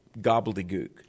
gobbledygook